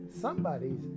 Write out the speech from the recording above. somebody's